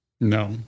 no